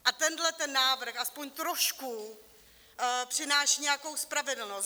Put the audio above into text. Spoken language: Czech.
A tenhle návrh aspoň trošku přináší nějakou spravedlnost.